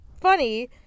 funny